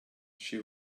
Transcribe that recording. she